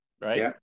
Right